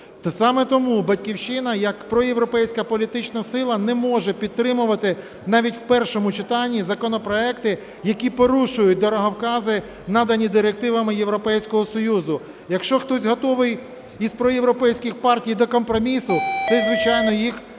Саме тому "Батьківщина" як проєвропейська політична сила не може підтримувати навіть в першому читанні законопроекти, які порушують дороговкази, надані директивами Європейського Союзу. Якщо хтось готовий із проєвропейських партій до компромісу, це, звичайно, їх святе право.